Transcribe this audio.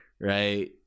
right